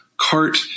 Cart